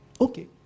okay